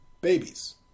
babies